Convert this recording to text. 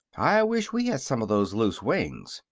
i wish we had some of those loose wings,